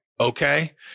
okay